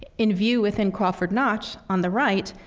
ah in view within crawford notch on the right,